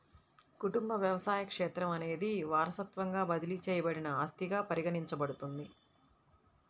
కుటుంబ వ్యవసాయ క్షేత్రం అనేది వారసత్వంగా బదిలీ చేయబడిన ఆస్తిగా పరిగణించబడుతుంది